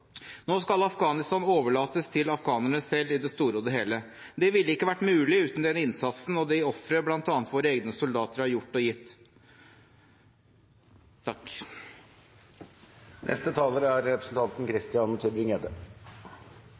Nå skal Afghanistan i det store og det hele overlates til afghanerne selv. Det ville ikke vært mulig uten den innsatsen bl.a. våre egne soldater har gjort og de ofre de har gitt. Jeg kunne ikke dy meg siden jeg fikk et angrep mot meg fra representanten